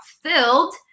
filled